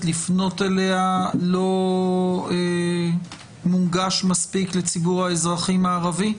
לפנות אליה לא מונגש מספיק לציבור האזרחים הערבי?